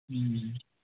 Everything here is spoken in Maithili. हूँ